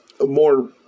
more